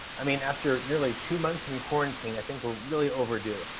i mean, after nearly two months in quarantine i think we're really overdue.